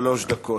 שלוש דקות.